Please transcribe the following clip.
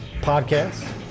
Podcast